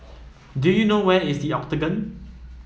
do you know where is The Octagon